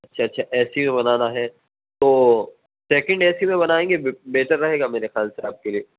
اچھا اچھا A C میں بنانا ہے تو سکینڈ اے سی میں بنائیں گے بہتر رہے گا میرے خیال سے آپ کے لیے